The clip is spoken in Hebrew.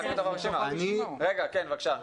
כן, בבקשה.